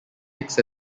takes